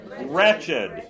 Wretched